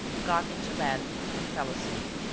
got into bed and fell asleep.